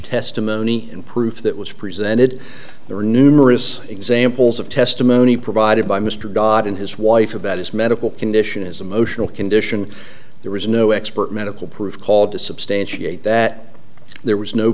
testimony and proof that was presented there are numerous examples of testimony provided by mr dodd and his wife about his medical condition is emotional condition there is no expert medical proof called to substantiate that there was no